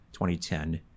2010